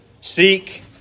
Seek